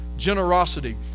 Generosity